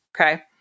Okay